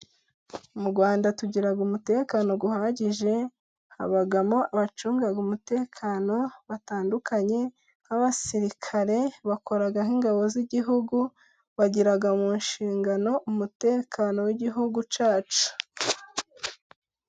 Mu Rwanda tugira umutekano uhagije habamo abacunga umutekano batandukanye nk'abasirikare, bakora nk'ingabo z'igihugu bagira mu nshingano umutekano w'igihugu cyacu.